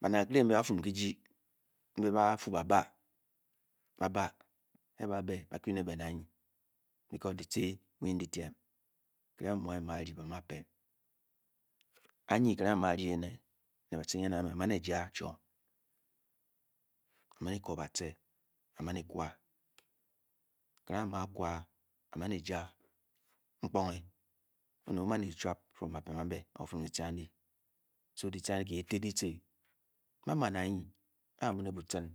Bauét bakere mbé bafum kyi ji mbé ba'fu ba-ba a'ba'bé bakgy ne bêu anyi ke-dyiei buynyndidyme kira'ng ba mu'bairyi ba'ma'pém anyi kira'ng ba'mu'ba'ryi ba'ma'pem' anyi kira'ng ba'ma'ryi éné né bácin eyeń a mbe a'man eja chwom a'ma'n eko ba'cee. a'ma'n ekwu a. kyira'ng a'i ma'kwu'a a'man 'eja'mepinge ohef oman. o. chwap né ba pem a'mbe fum dyici a'ndi so dyici a'ndi kuti diyici ba'man anyi a'muine búchin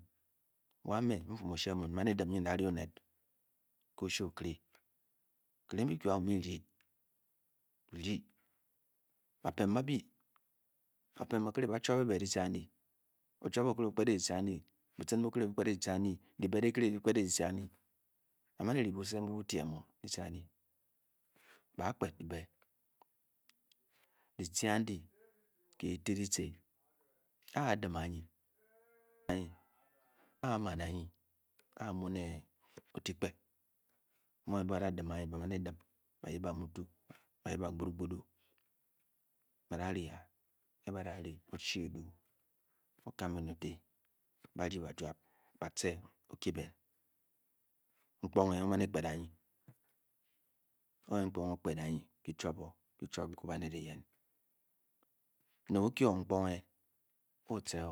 wa'me. nfum. o-shee muin ma'ne dim nyn a'da'ryi onet-ke-o-shee okire kirang biku a'ku bi mu' bi-ryi. va'pem bábí bápem bakire ba-chwabaing dyici a'ar o'chwap okire okpet ng dyici a'nei bucin bukeré bukpeting dyici a'ndi dyibe dyreire dyi kpe'ng dyici a ndi a man eri buise mmu-bu tyem-o. dyci a'ndi ba kpet dyibé. dýici a'ndi kii tei dyici a'molln a'nyi a muine otillepe mu'ba'da dim ba'yip ba'motor. bayip ba kpam-kpam ba'da ryi a'o'kam bea o'tyi ka'ryi bajwab. nkpinge o'mau ékpét ańyi a'n'kpunge okpet anyi o chwap óne. banet éyin ne-o'kye-o nkpunge o-chee-o.